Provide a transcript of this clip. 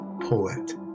poet